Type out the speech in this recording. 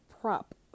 prop